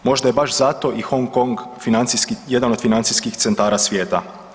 Možda je baš zato i Hong Kong jedan od financijskih centara svijeta.